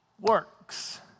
works